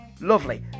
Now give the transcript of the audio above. lovely